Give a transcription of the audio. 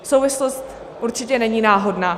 Souvislost určitě není náhodná.